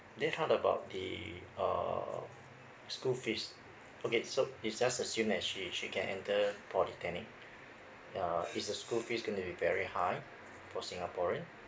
then how about the uh school fees okay so it's just assume that she she can enter polytechnic uh is the school fees going to be very high for singaporean